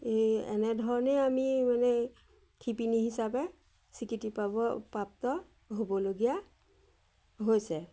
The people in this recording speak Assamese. এই এনেধৰণেই আমি মানে শিপিনী হিচাপে স্বীকৃতি পাব প্ৰাপ্ত হ'বলগীয়া হৈছে